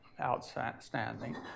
outstanding